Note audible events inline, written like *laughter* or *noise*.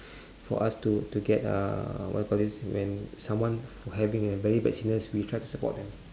*breath* for us to to get uh what you call this when someone *noise* having a very bad sickness we try to support them